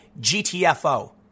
GTFO